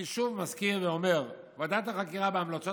אני שוב מזכיר ואומר: ועדת החקירה בהמלצות